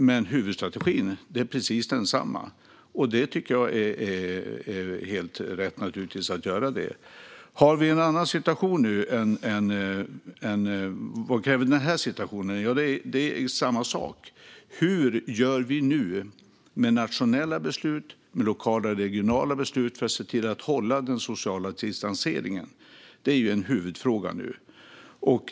Men huvudstrategin är precis densamma, och jag tycker naturligtvis att den är helt rätt. Vad kräver den här situationen? Hur vi gör med nationella, lokala och regionala beslut för att se till att den sociala distanseringen hålls är en huvudfråga nu.